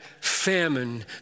famine